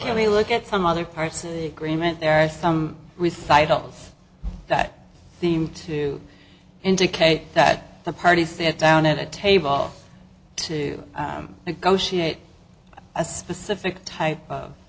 clearly look at some other parts of the agreement there are some recitals that seem to indicate that the parties sit down at a table to negotiate a specific type of